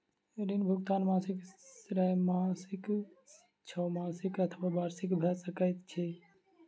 ऋण भुगतान मासिक त्रैमासिक, छौमासिक अथवा वार्षिक भ सकैत अछि